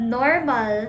normal